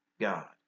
God